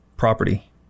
property